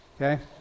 Okay